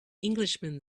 englishman